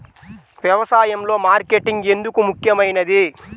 వ్యసాయంలో మార్కెటింగ్ ఎందుకు ముఖ్యమైనది?